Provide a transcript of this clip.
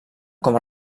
com